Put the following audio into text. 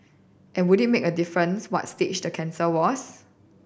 and would it make a difference what stage the cancer was